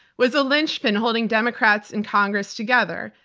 was a linchpin holding democrats in congress together,